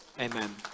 Amen